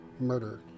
murder